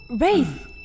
Wraith